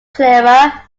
clearer